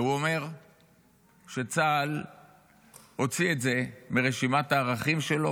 הוא אומר שצה"ל הוציא את זה מרשימת הערכים שלו,